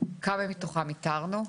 כמה מתכון איתרנו?